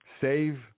Save